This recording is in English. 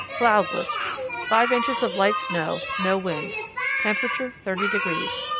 cloudless five inches of light snow no wind temperature thirty degrees.